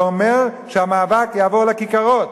זה אומר שהמאבק יעבור לכיכרות.